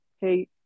hey